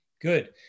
Good